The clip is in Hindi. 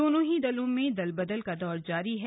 दोनों ही दलों में दल बदल का दौर भी जारी है